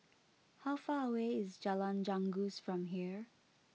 how far away is Jalan Janggus from here